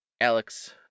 Alex